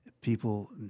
people